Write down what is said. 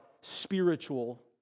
spiritual